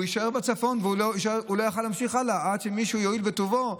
ולא יוכל להמשיך הלאה עד שמישהו יואיל בטובו.